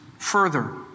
further